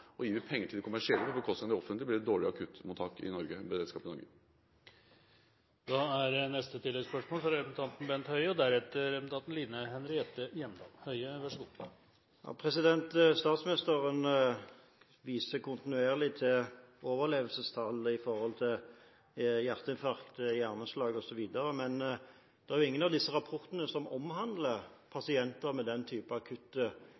penger til de kommersielle sykehusene på bekostning av de offentlige, blir det dårligere akuttmottak og beredskap i Norge. Bent Høie – til oppfølgingsspørsmål. Statsministeren viser kontinuerlig til overlevelsestall når det gjelder hjerteinfarkt og hjerneslag osv. Men det er ingen av disse rapportene som omhandler pasienter med den slags akutte lidelser. Det er pasienter som har veldig tydelige symptomer, som